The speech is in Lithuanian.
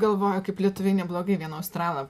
galvoju kaip lietuvei neblogai vieną australą